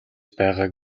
байгааг